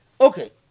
Okay